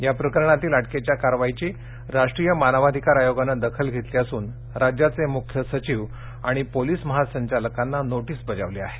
या करणातील अटके या कारवाईची रा ीय मानवाधिकार आयोगानं दखल घेतली असून रा याचे मू य सधिव आणि पोलीस महासंचालकांना नोटीस बजावली आहे